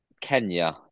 Kenya